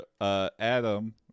Adam